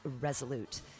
Resolute